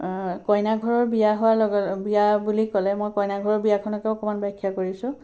কইনাঘৰৰ বিয়াৰ হোৱাৰ লগে বিয়া বুলি ক'লে মই কইনাঘৰৰ বিয়াখনকে অকণমান ব্যাখ্যা কৰিছোঁ